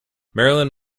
marilyn